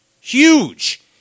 huge